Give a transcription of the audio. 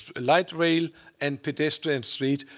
a light rail and pedestrian street.